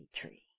tree